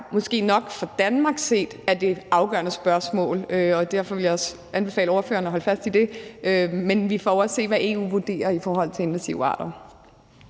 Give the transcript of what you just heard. måske nok for Danmark er det afgørende spørgsmål – og derfor vil jeg også anbefale ordføreren at holde fast i det – men vi får jo også at se, hvad EU vurderer i forhold til invasive arter.